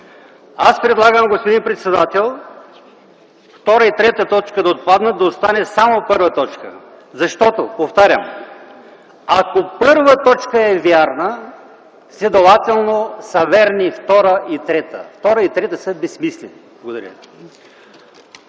Аз предлагам, господин председател, втора и трета точка да отпаднат – да остане само първа точка, защото, повтарям, ако първа точка е вярна, следователно са верни втора и трета – втора и трета са безсмислени. Благодаря